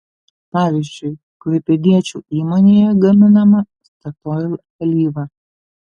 pavyzdžiui klaipėdiečių įmonėje gaminama statoil alyva